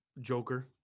Joker